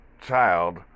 child